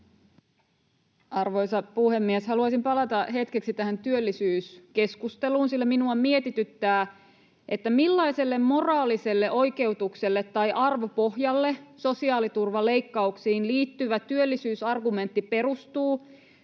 Arvoisa puhemies! Haluaisin palata hetkeksi tähän työllisyyskeskusteluun, sillä minua mietityttää, millaiselle moraaliselle oikeutukselle tai arvopohjalle sosiaaliturvaleikkauksiin liittyvä työllisyysargumentti perustuu,